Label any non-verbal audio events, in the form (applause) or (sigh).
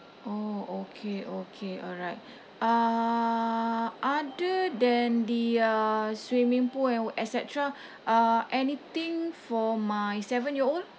oh okay okay alright (breath) uh other than the uh swimming pool and et cetera (breath) uh anything for my seven year old